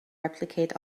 replicate